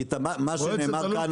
כי מה שנאמר כאן,